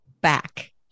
Back